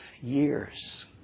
years